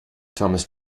thomas